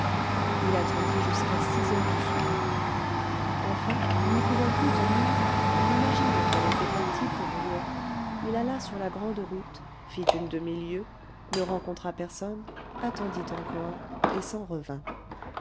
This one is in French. il attendit jusqu'à six heures du soir enfin n'y pouvant plus tenir et imaginant qu'elle était partie pour rouen il alla sur la grande route fit une demi-lieue ne rencontra personne attendit encore et s'en revint